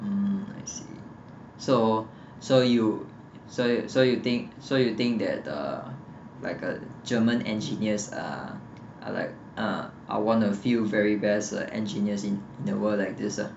mm I see so so you so so you think so you think that err 那个 german engineers are are like ah are one of few very best engineers in the world like this ah